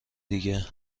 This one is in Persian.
دیگه